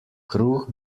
kruh